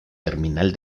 terminal